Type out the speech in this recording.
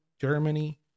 Germany